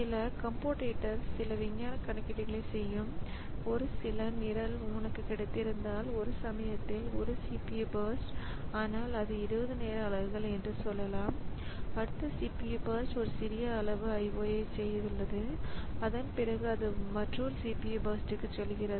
சில கம்போட்டேட்டர் சில விஞ்ஞான கணக்கீடுகளைச் செய்யும் ஒரு நிரல் உனக்கு கிடைத்திருந்தால் ஒரு சமயத்தில் ஒரு CPU பர்ஸ்ட் ஆனால் அது 20 நேர அலகுகள் என்று சொல்லலாம் அடுத்த CPU பர்ஸ்ட் அது ஒரு சிறிய அளவு IO ஐச் செய்துள்ளது அதன் பிறகு அது மற்றொரு CPU பர்ஸ்ட்க்குச் செல்கிறது